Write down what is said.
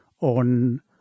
on